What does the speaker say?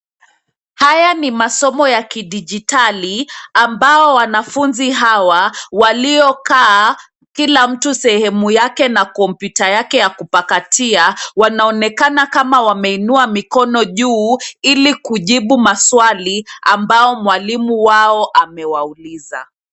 Haya ni masomo ya kidijitali, ambao wanafunzi hawa, waliokaa kila mtu sehemu yake na kompyuta yake ya kupakatia, wanaonekana kama wameinua mikono juu, ili kujibu maswali, ambao mwalimu wao amewauliza.